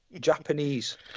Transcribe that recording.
japanese